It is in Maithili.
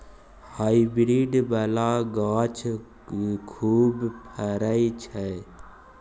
हाईब्रिड बला गाछ खूब फरइ छै